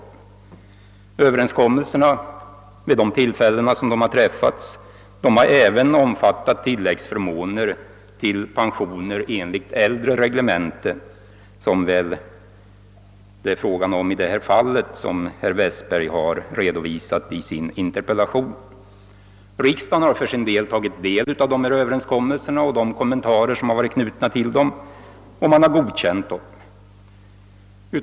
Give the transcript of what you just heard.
De överenskommelser som har träffats har även omfattat tilläggsförmåner till pensioner enligt äldre reglementen, som det väl är fråga om i det fall som herr Westberg har redogjort för i sin interpellation. Riksdagen har tagit del av dessa överenskommelser och de kommentarer som varit knutna till dem och har godkänt dem.